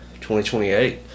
2028